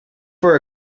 for